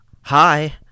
hi